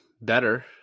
better